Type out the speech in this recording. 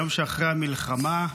היום שאחרי המלחמה.